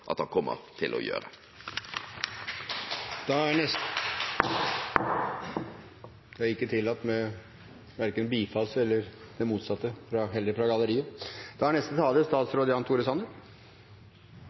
at han kommer til å gjøre. Det er ikke tillatt med verken bifall eller det motsatte, heller ikke fra galleriet.